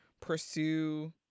pursue